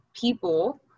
people